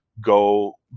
go